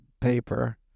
paper